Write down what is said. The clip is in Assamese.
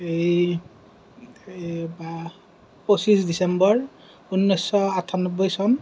এই এই বা পঁচিছ ডিচেম্বৰ ঊনৈছশ আঠান্নবৈ চন